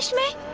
may